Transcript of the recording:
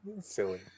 Silly